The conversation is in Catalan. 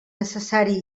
necessari